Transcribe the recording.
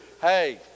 hey